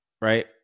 right